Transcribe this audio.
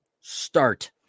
Start